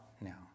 now